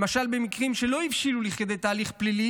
למשל במקרים שלא הבשילו לכדי תהליך פלילי